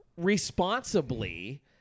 responsibly